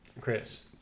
Chris